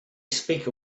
speak